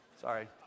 sorry